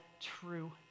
true